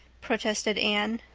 protested anne.